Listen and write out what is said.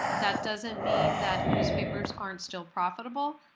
that doesn't mean that newspapers aren't still profitable,